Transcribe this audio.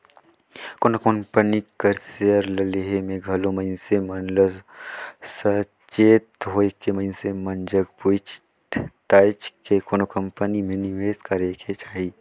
कोनो कंपनी कर सेयर ल लेहे में घलो मइनसे मन ल सचेत होएके मइनसे मन जग पूइछ ताएछ के कोनो कंपनी में निवेस करेक चाही